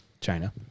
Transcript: China